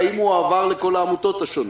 והאם הוא הועבר לכל העמותות השונות?